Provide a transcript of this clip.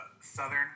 Southern